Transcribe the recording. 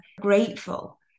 grateful